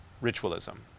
ritualism